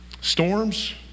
storms